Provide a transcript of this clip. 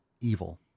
evil